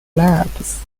labs